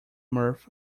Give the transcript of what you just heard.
mirth